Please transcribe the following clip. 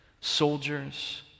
soldiers